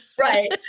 right